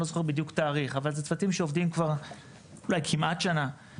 אני לא זוכר בדיוק תאריך אבל זה צוותים שעובדים כבר אולי כמעט שנה,